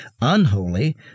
unholy